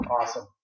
Awesome